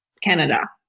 Canada